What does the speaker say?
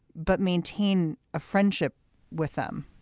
but maintain a friendship with them